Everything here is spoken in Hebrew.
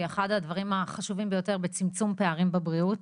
אחד הדברים החשובים ביותר בצמצום פערים בבריאות.